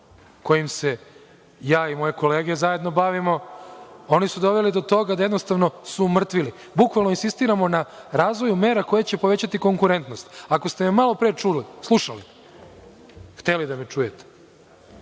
kojim se ja i moje kolege zajedno bavimo, oni su doveli do toga da su jednostavno umrtvili. Bukvalno insistiramo na razvoju mera koje će povećati konkurentnost. Ako ste me malopre slušali, hteli da me čujete,